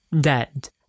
dead